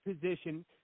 position